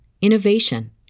innovation